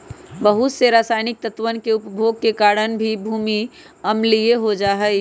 बहुत से रसायनिक तत्वन के उपयोग के कारण भी भूमि अम्लीय हो जाहई